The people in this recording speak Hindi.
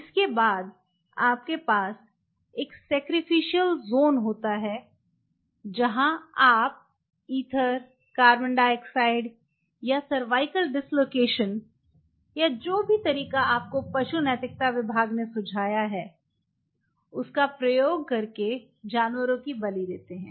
इसके बाद आपके पास एक सैक्रिफीशियल जोन होता है जहाँ आप ईथर कार्बन डाइऑक्साइड या सरवाइकल डिस्लोकेशन या जो भी तरीका आपको पशु नैतिकता विभाग ने सुझाया है का प्रयोग कर के जानवरों की बलि देते हैं